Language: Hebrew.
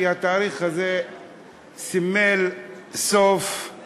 כי התאריך הזה סימל בעיני,